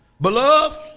Beloved